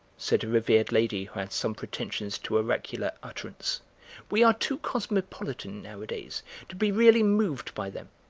said a revered lady who had some pretensions to oracular utterance we are too cosmopolitan nowadays to be really moved by them.